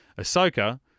Ahsoka